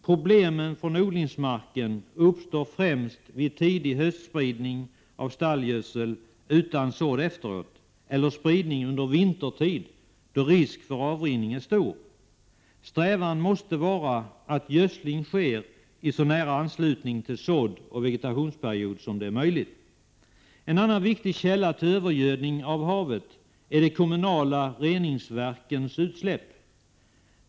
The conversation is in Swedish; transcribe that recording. Problemen från odlingsmarken uppstår främst vid tidig höstspridning av stallgödsel utan sådd efteråt eller spridning under vintertid, då risk för avrinning är stor. Strävan måste vara att gödsling sker i så nära anslutning till sådd och vegetationsperiod som möjligt. En annan viktig källa till övergödning av havet är de kommunala reningsverkens utsläpp.